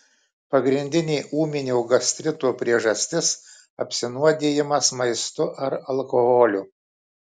pagrindinė ūminio gastrito priežastis apsinuodijimas maistu ar alkoholiu